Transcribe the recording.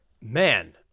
Man